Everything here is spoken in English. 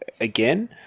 again